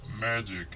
magic